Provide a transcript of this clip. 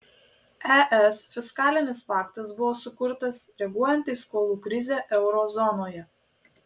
es fiskalinis paktas buvo sukurtas reaguojant į skolų krizę euro zonoje